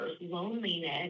loneliness